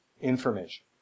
information